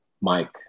Mike